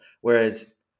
Whereas